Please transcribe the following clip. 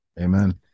Amen